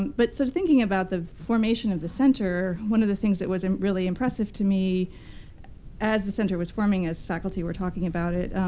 but sort of thinking about the formation of the center, one of the things that was really impressive to me as the center was forming as faculty were talking about it